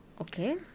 Okay